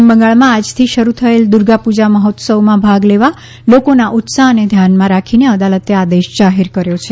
પશ્ચિમ બંગાળમાં આજથી શરૂ થયેલ દુર્ગાપૂજા મહોત્સવમાં ભાગ લેવા લોકોના ઉત્સાહને ધ્યાનમાં રાખીને અદાલતે આદેશ જાહેર કર્યો છે